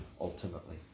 ultimately